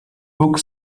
book